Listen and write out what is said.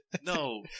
no